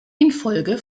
infolge